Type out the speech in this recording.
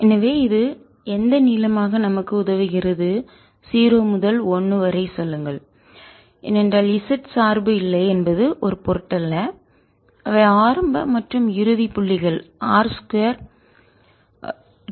எனவே இது எந்த நீளமாக நமக்கு உதவுகிறது 0 முதல் 1 வரை சொல்லுங்கள் ஏனென்றால் z சார்பு இல்லை என்பது ஒரு பொருட்டல்ல அவை ஆரம்ப மற்றும் இறுதி புள்ளிகள் R 2 2 பிளஸ் சைன் 2 Φ